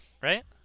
right